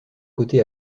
côté